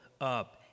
up